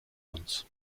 uns